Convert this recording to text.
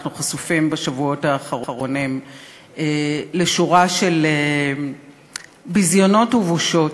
אנחנו חשופים בשבועות האחרונים לשורה של ביזיונות ובושות,